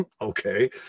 Okay